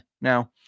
Now